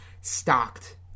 stocked—